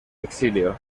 exilio